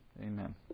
amen